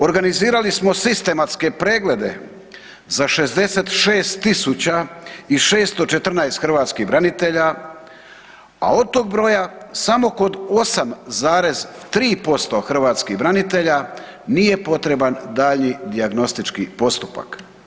Organizirali smo sistematske preglede za 66.614 hrvatskih branitelja, a od tog broja samo kod 8,3% hrvatskih branitelja nije potreban daljnji dijagnostički postupak.